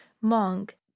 monk